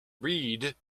read